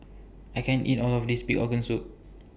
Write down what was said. I can't eat All of This Pig Organ Soup